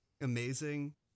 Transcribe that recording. amazing